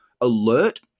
alert